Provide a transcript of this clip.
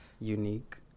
Unique